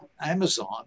Amazon